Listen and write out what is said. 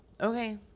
Okay